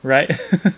right